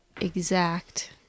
exact